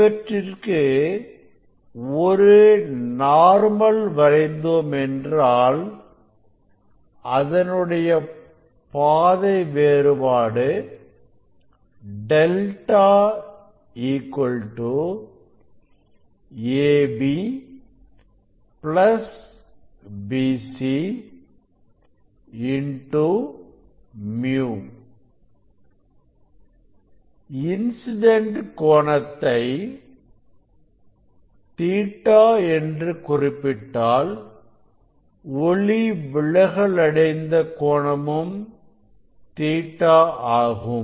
இவற்றிற்கு ஒரு நார்மல் வரைந்தோம் என்றால் அதனுடைய பாதை வேறுபாடு ẟ AB BC µ இன்சிடென்ட் கோணத்தை Ɵ என்று குறிப்பிட்டால் ஒளி விலகல் அடைந்த கோணமும் Ɵ ஆகும்